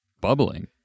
Bubbling